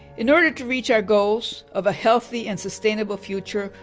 in order to reach our goals of a healthy and sustainable future,